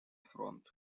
фронт